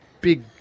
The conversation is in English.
big